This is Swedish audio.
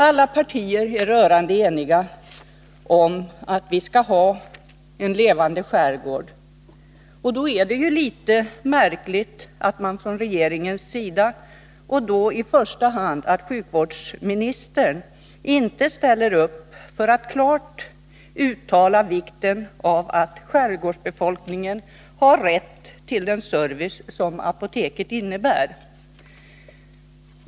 Alla partier är rörande eniga om att vi skall ha en levande skärgård. Då är det litet märkligt att man inte från regeringens sida, i första hand genom sjukvårdsministern, ställer upp och klart uttalar vikten av att skärgårdsbefolkningen har rätt till den service som apoteket innebär.